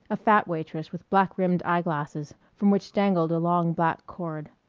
a fat waitress with black-rimmed eye-glasses from which dangled a long black cord.